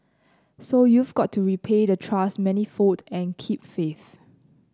so you've got to repay the trust manifold and keep faith